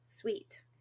sweet